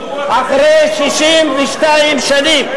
אחרי 62 שנים.